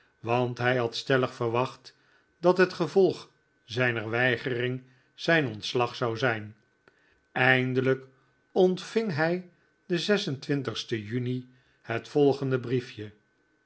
want hij had stellig verwacht dat het gevolg zijner weigering zijn ontslag zijn zou eindelijk ontving hij den sten juni het volgende briefje